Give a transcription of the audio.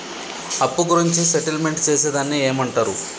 అప్పు గురించి సెటిల్మెంట్ చేసేదాన్ని ఏమంటరు?